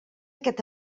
aquest